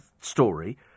story